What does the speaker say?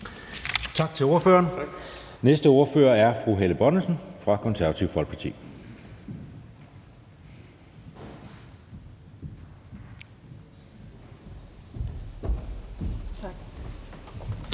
Tak til ordføreren. Den næste ordfører er fru Helle Bonnesen fra Det Konservative Folkeparti. Kl.